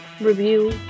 review